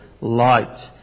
light